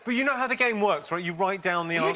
but you know how the game works, right? you write down the